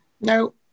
No